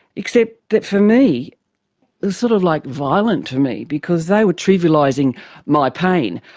except that for me, it was sort of like violent to me because they were trivialising my pain.